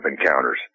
encounters